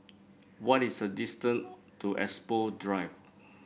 what is the distance to Expo Drive